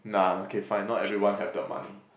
nah okay fine not everyone have the money